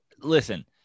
listen